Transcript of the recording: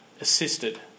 assisted